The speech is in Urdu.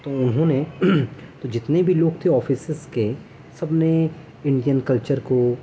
تو انہوں نے تو جتنے بھی لوگ تھے آفسس کے سب نے انڈین کلچر کو